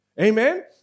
Amen